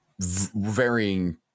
varying